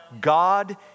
God